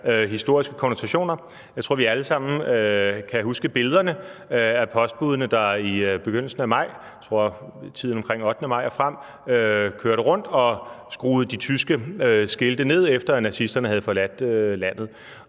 historiske konnotationer. Jeg tror, vi alle sammen kan huske billederne af postbudene, der i begyndelsen af maj – tiden omkring 8. maj og frem, tror jeg – kørte rundt og skruede de tyske skilte ned, efter at nazisterne havde forladt landet.